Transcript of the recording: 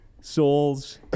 Souls